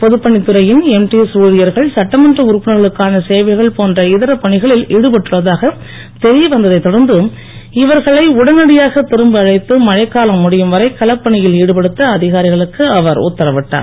பொதுப் பணித்துறையின் எம்டிஎஸ் ஊழியர்கள் சட்டமன்ற உறுப்பினர்களுக்கான சேவைகள் போன்ற இதரப் பணிகளில் ஈடுபட்டுள்ளதாக தெரிய வந்ததைத் தொடர்ந்து இவர்களை உடனடியாக திரும்ப அழைத்து மழைக்காலம் முடியும் வரை களப்பணியில் ஈடுபடுத்த அதிகாரிகளுக்கு அவர் உத்தரவிட்டார்